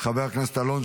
חבר הכנסת אריאל קלנר,